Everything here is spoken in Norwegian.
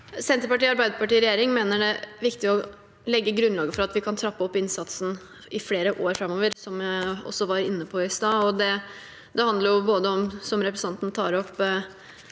Senterpartiet og Arbeiderpartiet i regjering mener det er viktig å legge grunnlaget for at vi kan trappe opp innsatsen i flere år framover, som jeg også var inne på i stad. Som representanten tar opp,